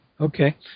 Okay